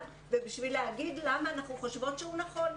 ובשביל להגיד למה אנחנו חושבות שהוא נכון.